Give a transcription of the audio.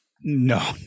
No